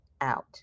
out